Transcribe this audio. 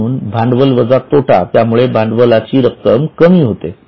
म्हणून भांडवल वजा तोटा त्यामुळे भांडवलाची रक्कम कमी होते